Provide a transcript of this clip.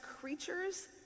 creatures